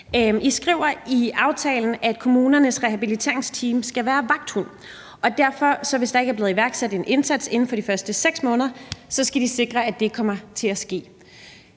I skriver i aftalen, at kommunernes rehabiliteringsteams skal være vagthunde, og derfor, hvis der ikke er blevet iværksat en indsats inden for de første 6 måneder, skal de sikre, at det kommer til at ske.